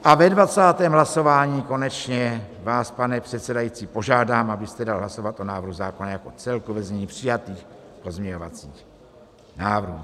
A ve dvacátém hlasování konečně vás, pane předsedající, požádám, abyste dal hlasovat o návrhu zákona jako celku ve znění přijatých pozměňovacích návrhů.